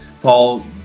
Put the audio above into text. Paul